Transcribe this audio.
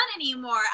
anymore